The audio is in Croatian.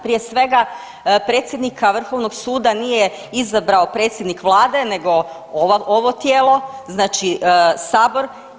Prije svega predsjednika Vrhovnog suda nije izabrao predsjednik Vlade nego ovo tijelo, znači Sabor.